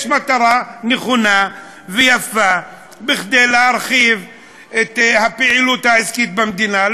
יש מטרה נכונה ויפה כדי להרחיב את הפעילות העסקית במדינה,